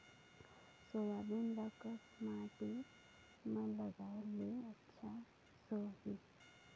Soybean ल कस माटी मे लगाय ले अच्छा सोही?